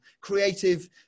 creative